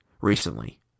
recently